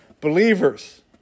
believers